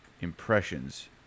impressions